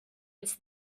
its